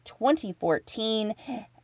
2014